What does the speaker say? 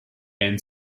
and